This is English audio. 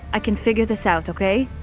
i can figure this out, okay?